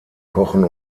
kochen